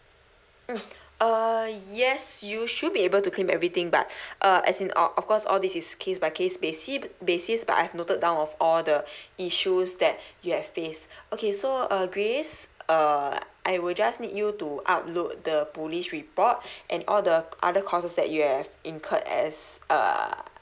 mm uh yes you should be able to claim everything but uh as in o~ of course all these is case by case basi~ basis but I've noted down of all the issues that you have faced okay so uh grace err I will just need you to upload the police report and all the other costs that you have incurred as err